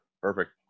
perfect